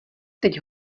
teď